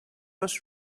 was